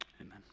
Amen